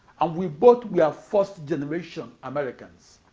and we both were first-generation americans.